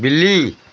बिल्ली